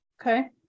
Okay